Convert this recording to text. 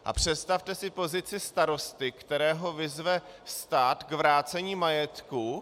A představte si pozici starosty, kterého vyzve stát k vrácení majetku.